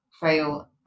fail